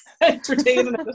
entertaining